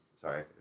sorry